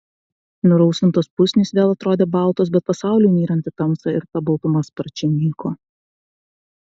nurausvintos pusnys vėl atrodė baltos bet pasauliui nyrant į tamsą ir ta baltuma sparčiai nyko